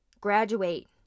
graduate